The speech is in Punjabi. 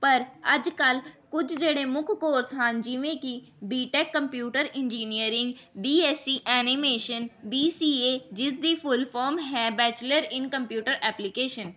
ਪਰ ਅੱਜ ਕੱਲ੍ਹ ਕੁੱਝ ਜਿਹੜੇ ਮੁੱਖ ਕੋਰਸ ਹਨ ਜਿਵੇਂ ਕਿ B tech computer engineering B SC animation B C A ਜਿਸਦੀ ਫੁੱਲ ਫੌਮ ਹੈ ਬੈਚੁਲਰ ਇੰਨ ਕੰਪਿਊਟਰ ਐਪਲੀਕੇਸ਼ਨ